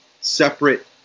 separate